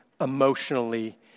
emotionally